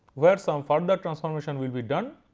where some further transformation will be done.